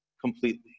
completely